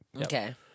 Okay